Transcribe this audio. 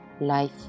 life